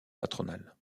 patronale